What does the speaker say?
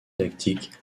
lactique